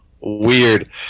weird